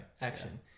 Action